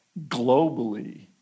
globally